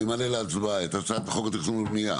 אני מעלה להצבעה את הצעת חוק התכנון והבנייה